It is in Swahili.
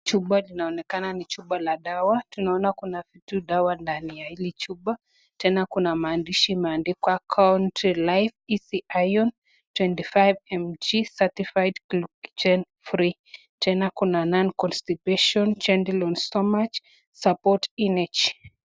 Chupa linaonekana ni chupa la dawa. Tunaona kuna vitu dawa ndani ya hili chupa. Tena kuna maandishi imeandikwa (cs)Country Life Easy Iron 25 mg certified gluten free . Tena kuna non constipation, gentle on stomach, support energy .